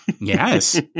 Yes